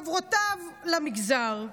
חברותיו למגזר.